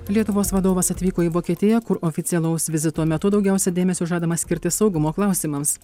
lietuvos vadovas atvyko į vokietiją kur oficialaus vizito metu daugiausia dėmesio žadama skirti saugumo klausimams